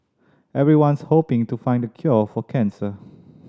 everyone's hoping to find the cure for cancer